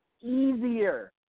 easier